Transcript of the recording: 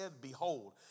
behold